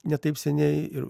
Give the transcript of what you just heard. ne taip seniai ir